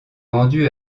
vendu